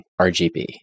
RGB